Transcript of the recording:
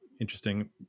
interesting